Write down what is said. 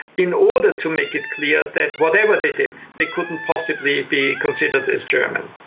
in order to make it clear that whatever they did they couldn't possibly be considered as german.